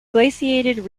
glaciated